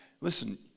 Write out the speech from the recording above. Listen